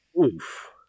Oof